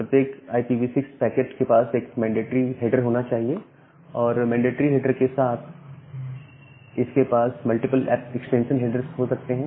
प्रत्येक IPv6 packet के पास एक मेंडेटरी हेडर होना चाहिए और मेंडेटरी हेडर के साथ इसके पास मल्टीपल एक्सटेंशन हेडर्स हो सकते हैं